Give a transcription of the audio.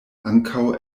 ankaŭ